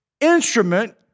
Instrument